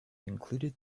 included